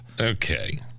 Okay